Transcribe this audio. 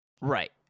right